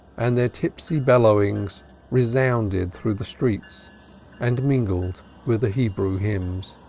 and their tipsy bellowings resounded through the streets and mingled with the hebrew hymns.